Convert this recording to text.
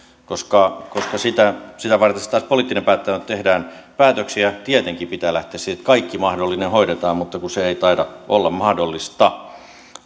koska koska sitä varten taas poliittinen päättäjä on että tehdään päätöksiä tietenkin pitää lähteä siitä että kaikki mahdollinen hoidetaan mutta kun se ei taida olla mahdollista